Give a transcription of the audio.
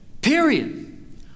Period